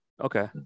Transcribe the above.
Okay